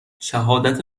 شهادت